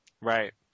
Right